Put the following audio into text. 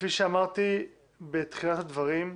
כפי שאמרתי בתחילת הדברים,